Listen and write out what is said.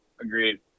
agreed